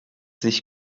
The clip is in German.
sich